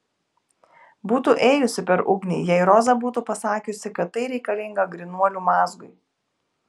būtų ėjusi per ugnį jei roza būtų pasakiusi kad tai reikalinga grynuolių mazgui